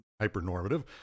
hyper-normative